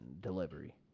delivery